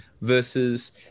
versus